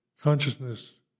consciousness